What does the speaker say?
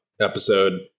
episode